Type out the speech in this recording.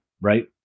right